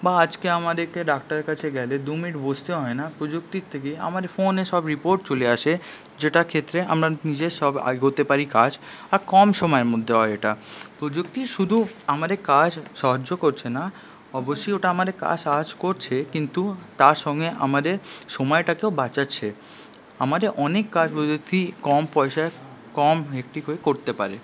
বা আজকে আমাদেরকে ডাক্তারের কাছে গেলে দু মিনিট বসতে হয় না প্রযুক্তির থেকে আমাদের ফোনে সব রিপোর্ট চলে আসে যেটার ক্ষেত্রে আমরা নিজের সব এগোতে পারি কাজ আর কম সময়ের মধ্যে হয় এটা প্রযুক্তি শুধু আমাদের কাজ সাহায্য করছে না অবশ্যই ওটা আমাদের কাজ সাহায্য করছে কিন্তু তার সঙ্গে আমদের সময়টাকেও বাঁচাচ্ছে আমাদের অনেক কাজ প্রযুক্তি কম পয়সায় কম করতে পারে